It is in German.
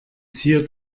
zier